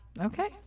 Okay